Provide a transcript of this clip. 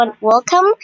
welcome